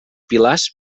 pilars